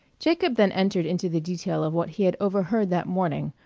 jacob then entered into the detail of what he had overheard that morning,